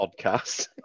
podcast